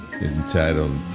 entitled